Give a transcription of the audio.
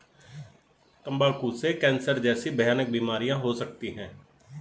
तंबाकू से कैंसर जैसी भयानक बीमारियां हो सकती है